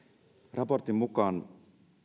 raportin mukaan